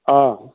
অঁ